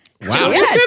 Wow